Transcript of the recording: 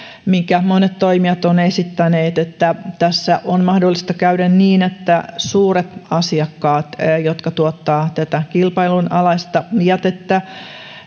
minkä monet toimijat ovat esittäneet että tässä on mahdollista käydä niin että suuret asiakkaat jotka tuottavat kilpailun alaista jätettä